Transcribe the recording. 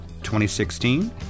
2016